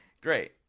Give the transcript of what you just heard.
Great